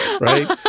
right